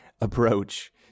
approach